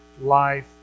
life